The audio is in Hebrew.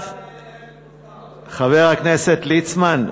חבר הכנסת ליצמן,